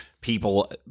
people